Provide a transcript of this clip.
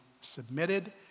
submitted